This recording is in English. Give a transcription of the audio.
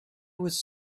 was